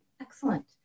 Excellent